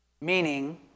Meaning